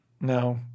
No